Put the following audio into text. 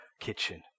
kitchen